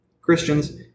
Christians